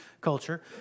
culture